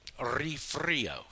refrio